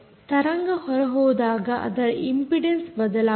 ತರಂಗ ಹೊರಹೋದಾಗ ಅದರ ಇಂಪಿಡೆನ್ಸ್ ಬದಲಾಗುತ್ತದೆ